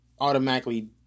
automatically